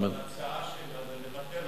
אבל ההצעה שלה זה,